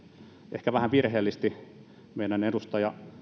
ehkä vähän virheellisesti meidän edustajamme